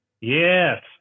Yes